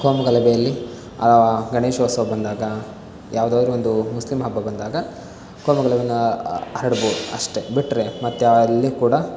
ಕೋಮುಗಲಭೆಯಲ್ಲಿ ಗಣೇಶೋತ್ಸವ ಬಂದಾಗ ಯಾವುದಾದರೂ ಒಂದು ಮುಸ್ಲಿಂ ಹಬ್ಬ ಬಂದಾಗ ಕೋಮುಗಲಭೆಯನ್ನ ಹರ್ಡ್ಬೋದು ಅಷ್ಟೆ ಬಿಟ್ರೆ ಮತ್ತೆ ಅಲ್ಲಿ ಕೂಡ